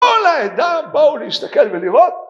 כל העדה באו להסתכל ולראות